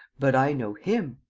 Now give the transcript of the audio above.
but i know him.